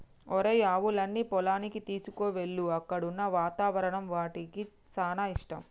ఒరేయ్ ఆవులన్నీ పొలానికి తీసుకువెళ్ళు అక్కడున్న వాతావరణం వాటికి సానా ఇష్టం